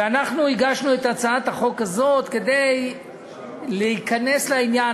ואנחנו הגשנו את הצעת החוק הזאת כדי להיכנס לעניין.